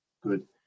good